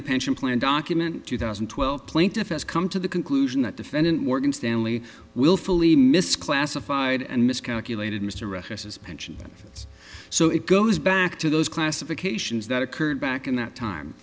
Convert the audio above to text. the pension plan document two thousand and twelve plaintiff has come to the conclusion that defendant morgan stanley willfully misclassified and miscalculated mr record suspension so it goes back to those classifications that occurred back in that time